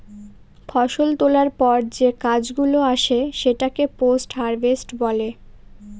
ফষল তোলার পর যে কাজ গুলো আসে সেটাকে পোস্ট হারভেস্ট বলে